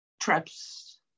traps